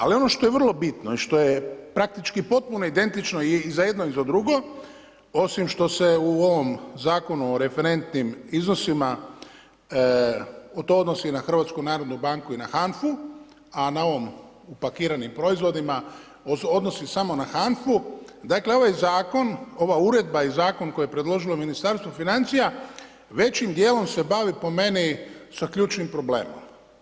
Ali ono što je vrlo bitno i što je praktički potpuno identično i za jedno i za drugo, osim što se u ovom Zakonu o referentnim iznosima to odnosi na HNB i na HANFA-u a ne ovom upakiranim proizvodima, odnosi samo na HANFA-u, dakle ovaj zakon, ova uredba i zakon koju je predložilo Ministarstvo financija većim dijelom se bavi po meni sa ključnim problemom.